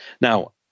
Now